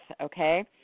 Okay